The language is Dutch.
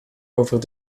over